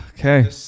Okay